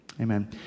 Amen